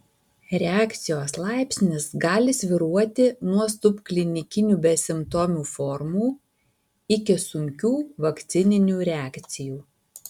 reakcijos laipsnis gali svyruoti nuo subklinikinių besimptomių formų iki sunkių vakcininių reakcijų